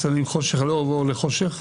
שמים חושך לאור ואור לחושך",